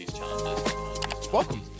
Welcome